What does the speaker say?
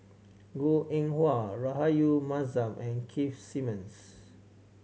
Goh Eng Wah Rahayu Mahzam and Keith Simmons